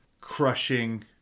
crushing